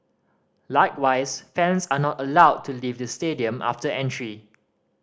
likewise fans are not allowed to leave the stadium after entry